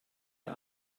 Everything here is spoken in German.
der